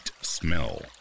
smell